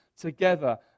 together